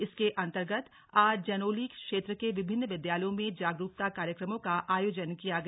इसके अंर्तगत आज जैनोली क्षेत्र के विभिन्न विद्यालयों में जागरूकता कार्यक्रमों का आयोजन किया गया